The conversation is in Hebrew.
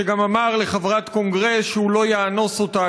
שגם אמר לחברת קונגרס שהוא לא יאנוס אותה,